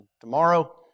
tomorrow